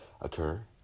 occur